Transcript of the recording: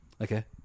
Okay